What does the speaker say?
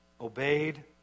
obeyed